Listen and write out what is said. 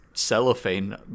cellophane